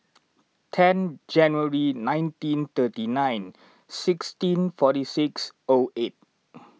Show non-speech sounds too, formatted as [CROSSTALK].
ten January nineteen thirty nine sixteen forty six O eight [NOISE]